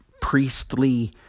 priestly